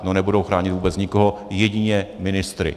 No, nebudou chránit vůbec nikoho, jedině ministry.